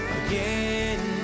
again